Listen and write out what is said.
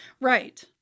Right